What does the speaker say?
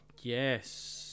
yes